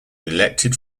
elected